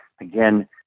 again